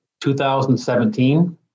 2017